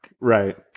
Right